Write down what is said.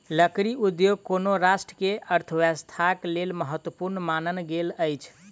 लकड़ी उद्योग कोनो राष्ट्र के अर्थव्यवस्थाक लेल महत्वपूर्ण मानल गेल अछि